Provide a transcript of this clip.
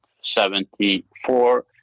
Seventy-four